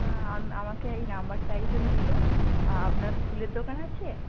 হ্যাঁ আমাকে এই নম্বরটা একজন দিল আপনার ফুলের দোকান আছে